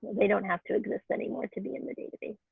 they don't have to exist anymore to be in the database.